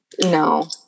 No